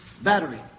battery